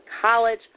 College